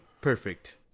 perfect